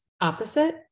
opposite